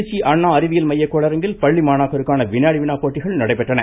திருச்சி அண்ணா அறிவியல் மைய கோளரங்கில் பள்ளி மாணாக்கருக்கான வினாடி வினா போட்டிகள் நடைபெற்றன